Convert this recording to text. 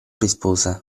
rispose